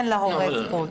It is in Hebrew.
אין להורה זכות.